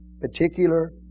particular